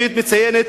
והיא מציינת: